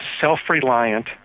self-reliant